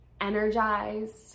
energized